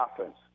offense